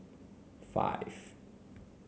five